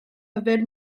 yfed